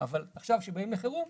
אבל עכשיו כשבאים לחירום,